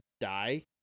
die